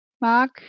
Mark